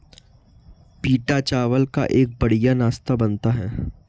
पीटा चावल का एक बढ़िया नाश्ता बनता है